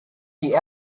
die